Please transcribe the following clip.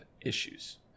issues